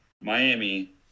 Miami